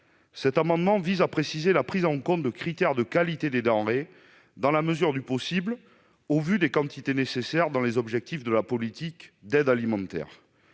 Cet amendement vise à préciser la prise en compte de critères de qualité des denrées dans la mesure du possible, au vu des quantités nécessaires, dans les objectifs de la politique d'aide alimentaire.